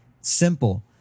Simple